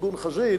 ארגון חזית,